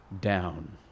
down